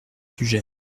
sujets